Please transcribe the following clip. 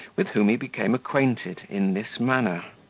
with whom he became acquainted in this manner.